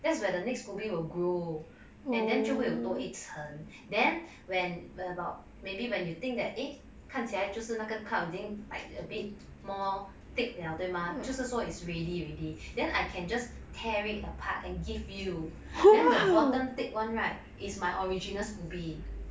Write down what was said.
that's where the next scoby will grow and then 就会有多一层 then when about maybe when you think that eh 看起来就是那个 kind of thing like a bit more thick 了对吗就是说 it's ready already then I can just tear it apart and give you then the bottom thick [one] right is my original scoby